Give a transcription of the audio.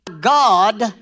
God